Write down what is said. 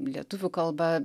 lietuvių kalba